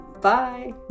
Bye